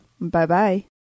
Bye-bye